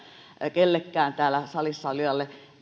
kellekään täällä salissa olijalle